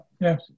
Yes